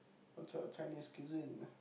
what type of Chinese cuisine